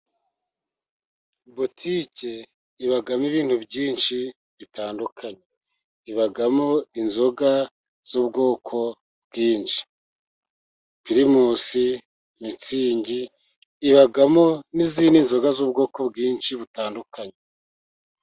Butike ibamo ibintu byinshi bitandukanye, ibamo inzoga z'ubwoko bwinshi pirimusi , mitsingi, ibamo n'izindi nzoga z'ubwoko bwinshi butandukanye.